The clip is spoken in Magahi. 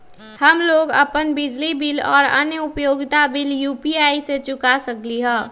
हम लोग अपन बिजली बिल और अन्य उपयोगिता बिल यू.पी.आई से चुका सकिली ह